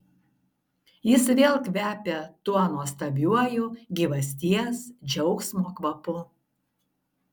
jis vėl kvepia tuo nuostabiuoju gyvasties džiaugsmo kvapu